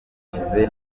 hashije